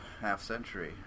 half-century